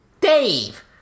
Dave